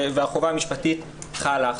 והחובה המשפטית חלה.